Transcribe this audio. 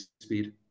speed